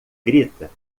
grita